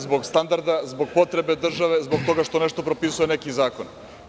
Zbog standarda, zbog potrebe države, zbog toga što nešto propisuje neki zakon.